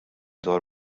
dwar